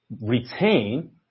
retain